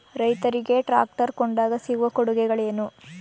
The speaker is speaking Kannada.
ರೈತರಿಗೆ ಟ್ರಾಕ್ಟರ್ ಕೊಂಡಾಗ ಸಿಗುವ ಕೊಡುಗೆಗಳೇನು?